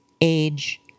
age